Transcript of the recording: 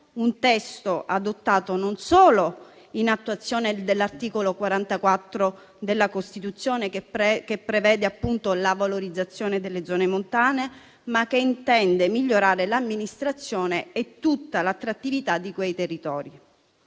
un testo non solo adottato in attuazione dell'articolo 44 della Costituzione, che prevede la valorizzazione delle zone montane, ma che intende anche migliorare l'amministrazione e l'attrattività di quei territori.